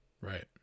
Right